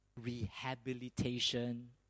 Rehabilitation